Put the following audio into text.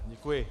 Děkuji.